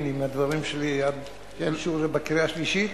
עם הדברים שלי עד לאישור בקריאה שלישית.